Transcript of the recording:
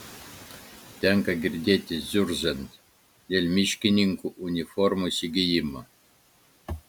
tenka girdėti zurzant dėl miškininkų uniformų įsigijimo